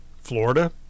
Florida